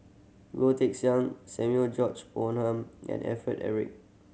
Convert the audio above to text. Goh Teck Sian Samuel George Bonham and Alfred Eric